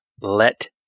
let